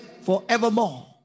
forevermore